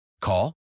Call